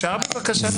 אפשר בבקשה לא להפריע?